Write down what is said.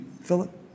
Philip